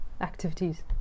activities